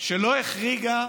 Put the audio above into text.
שלא החריגה